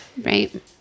right